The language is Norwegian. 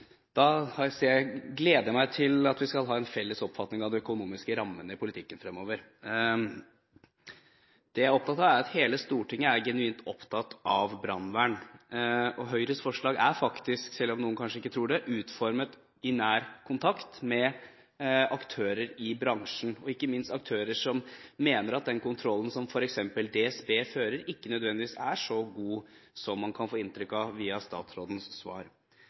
jeg gleder meg til at vi skal ha en felles oppfatning av de økonomiske rammene i politikken fremover. Det jeg er opptatt av, er at hele Stortinget er genuint opptatt av brannvern. Høyres forslag er faktisk – selv om noen kanskje ikke tror det – utformet i nær kontakt med aktører i bransjen, ikke minst aktører som mener at den kontrollen som f.eks. DSB utfører, ikke nødvendigvis er så god som man kan få inntrykk av via statsrådens svar.